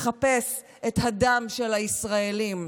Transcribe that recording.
מחפש את הדם של הישראלים.